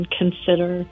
consider